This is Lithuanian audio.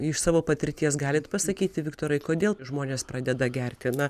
iš savo patirties galite pasakyt viktorai kodėl žmonės pradeda gerti na